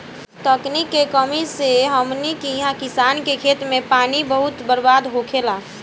तकनीक के कमी से हमनी किहा किसान के खेत मे पानी बहुत बर्बाद होखेला